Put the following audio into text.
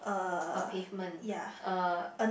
a pavement uh